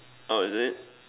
oh is it